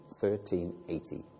1380